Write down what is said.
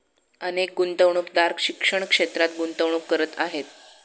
अनेक गुंतवणूकदार शिक्षण क्षेत्रात गुंतवणूक करत आहेत